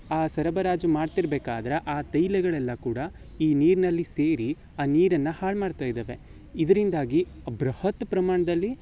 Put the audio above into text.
ಆ ಸರಬರಾಜು ಮಾಡ್ತಿರ್ಬೇಕಾದ್ರೆ ಆ ತೈಲಗಳೆಲ್ಲ ಕೂಡ ಈ ನೀರಿನಲ್ಲಿ ಸೇರಿ ಆ ನೀರನ್ನು ಹಾಳು ಮಾಡ್ತಾ ಇದವೆ ಇದರಿಂದಾಗಿ ಬೃಹತ್ ಪ್ರಮಾಣದಲ್ಲಿ